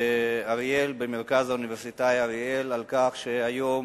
במרכז האוניברסיטאי אריאל על כך שהיום